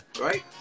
right